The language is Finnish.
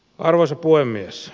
arvoisa puhemies